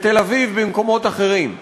בתל-אביב ובמקומות אחרים.